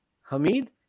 Hamid